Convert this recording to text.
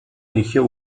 eligió